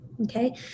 okay